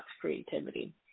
creativity